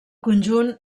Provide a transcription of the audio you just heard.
conjunt